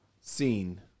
seen